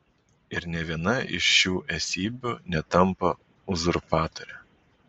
ir nė viena iš šių esybių netampa uzurpatore